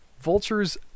Vultures